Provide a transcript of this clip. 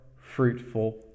fruitful